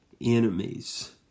enemies